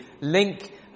link